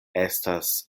estas